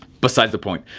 besides the point,